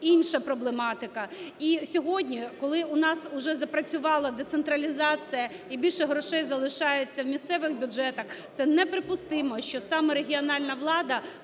інша проблематика. І сьогодні, коли у нас уже запрацювала децентралізація і більше грошей залишається в місцевих бюджетах, це неприпустимо, що саме регіональна влада